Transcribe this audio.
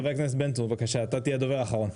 ח"כ בן צור בבקשה, אתה תהיה הדובר האחרון.